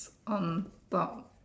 on top